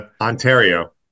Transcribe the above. Ontario